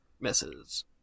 misses